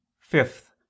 Fifth